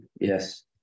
yes